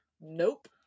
nope